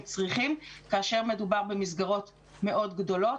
צריכים כאשר מדובר במסגרות מאוד גדולות.